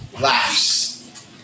laughs